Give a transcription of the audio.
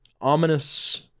ominous